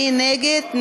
מי נגד?